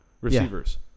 receivers